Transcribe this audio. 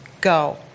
go